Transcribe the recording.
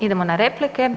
Idemo na replike.